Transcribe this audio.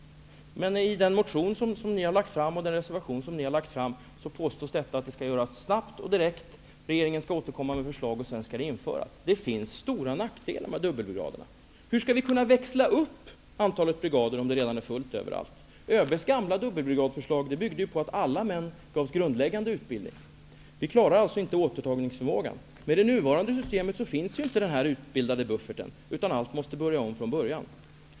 Men i den motion ni har väckt och den reservation som ni har fogat till betänkandet vill ni att detta skall avgöras snabbt och direkt och att regeringen skall återkomma med förslag. Det finns stora nackdelar med dubbelbrigaderna. Hur skall vi kunna växla upp antalet brigader om det redan är fullt överallt? ÖB:s gamla förslag om dubbelbrigader byggde på att alla män gavs en grundläggande utbildning. Vi klarar alltså inte återtagningsförmågan. Med det nuvarande systemet finns inte denna buffert av utbildade män utan allt måste göras om från början.